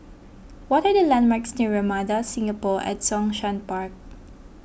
what are the landmarks near Ramada Singapore at Zhongshan Park